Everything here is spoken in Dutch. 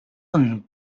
een